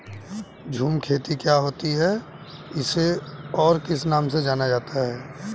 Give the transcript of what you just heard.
झूम खेती क्या होती है इसे और किस नाम से जाना जाता है?